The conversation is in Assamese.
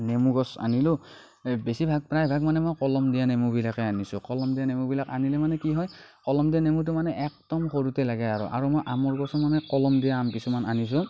নেমু গছ আনিলো বেছিভাগ প্ৰায়ভাগ মানে মই কলম দিয়া নেমুবিলাকে আনিছো কলম দিয়া নেমুবিলাক আনিলে মানে কি হয় কলম দিয়া নেমুটো মানে একদম সৰুতে লাগে আৰু আৰু মই আমৰ গছো মানে কলম দিয়া আম কিছুমান আনিছো